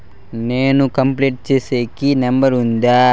నేను కంప్లైంట్ సేసేకి నెంబర్ ఉందా?